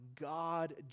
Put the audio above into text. God